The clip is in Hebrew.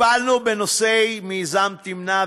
טיפלנו בנושא מיזם "תמנע",